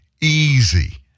easy